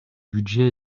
budget